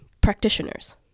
practitioners